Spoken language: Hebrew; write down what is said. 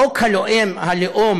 חוק הלאום,